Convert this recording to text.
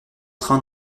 train